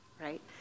right